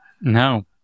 No